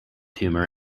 humor